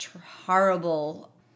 horrible